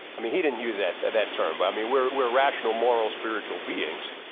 i mean he didn't you that at that term but i mean we're we're rational moral spiritual beings,